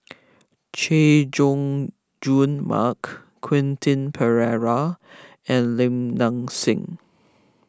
Chay Jung Jun Mark Quentin Pereira and Lim Nang Seng